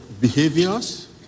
behaviors